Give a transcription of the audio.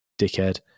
dickhead